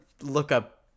lookup